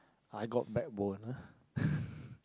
I got backbone